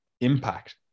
impact